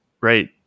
Right